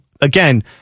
again